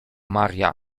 maria